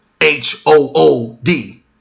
H-O-O-D